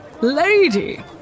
Lady